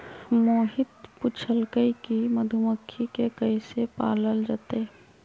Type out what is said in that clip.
मोहित पूछलकई कि मधुमखि के कईसे पालल जतई